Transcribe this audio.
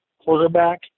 quarterback